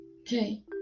Okay